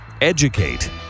Educate